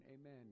Amen